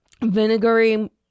vinegary